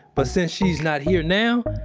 but since she's not here now,